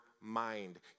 mind